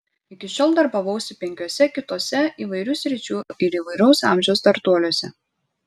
iki šiol darbavausi penkiuose kituose įvairių sričių ir įvairaus amžiaus startuoliuose